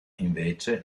invece